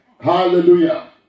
hallelujah